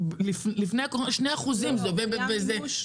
שלפני הקורונה, רק 2% מהעסקים השתמשו בזה.